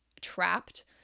trapped